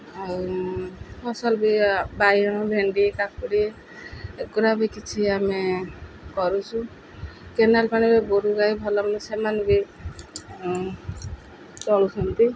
ଆଉ ଫସଲ ବି ବାଇଗଣ ଭେଣ୍ଡି କାକୁଡ଼ି ଏଗୁଡ଼ା ବି କିଛି ଆମେ କରୁଛୁ କେନାଲ୍ ପାଣିରେ ଗୋରୁ ଗାଈ ଭଲ ମନ୍ଦ ସେମାନେ ବି ଚଳୁଛନ୍ତି